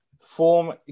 form